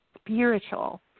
spiritual